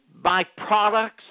byproducts